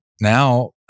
now